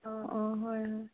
অঁ অঁ হয় হয়